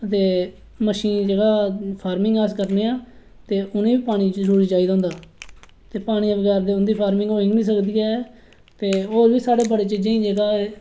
दे मच्छियें दा फार्मिंग जेहड़ा ते उ'नेंगी पानी जरुरी चाहिदा होंदा ते पानी दे बगैर उं'दी फार्मिंग होई गै नेईं सकदी ऐ और बी साढ़े बड़ी चीजें गी जेहका ऐ